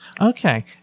Okay